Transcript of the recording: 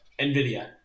NVIDIA